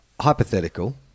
hypothetical